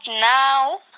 now